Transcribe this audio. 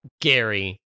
Gary